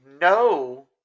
no